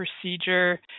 procedure